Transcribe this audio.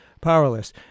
powerless